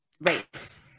race